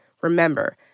Remember